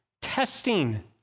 testing